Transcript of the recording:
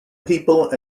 people